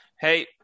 Hey